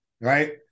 right